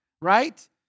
right